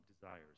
desires